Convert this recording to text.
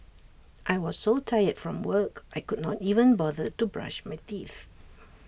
I was so tired from work I could not even bother to brush my teeth